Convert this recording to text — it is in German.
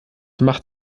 macht